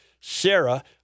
Sarah